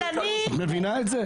את מכירה את זה.